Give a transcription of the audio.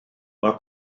mae